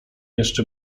jeszcze